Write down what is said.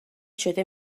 شده